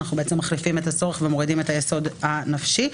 אנחנו מחליפים את ה-"צורך" ומורידים את היסוד הנפשי.